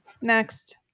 Next